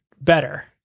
better